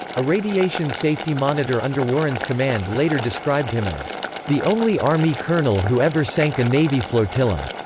a radiation safety monitor under warren's command later described him as the only army colonel who ever sank a navy flotilla.